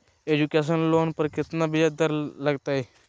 Education loan पर केतना ब्याज दर लगतई?